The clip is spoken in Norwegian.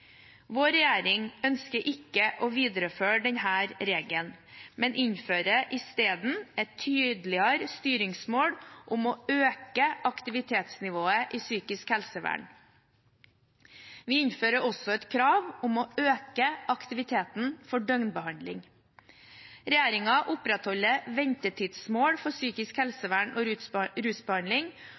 Vår regjering ønsker ikke å videreføre denne regelen, men innfører i stedet et tydeligere styringsmål om å øke aktivitetsnivået i psykisk helsevern. Vi innfører også et krav om å øke aktiviteten for døgnbehandling. Regjeringen opprettholder ventetidsmål for psykisk helsevern og